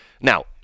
Now